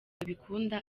abikunda